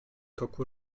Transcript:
toku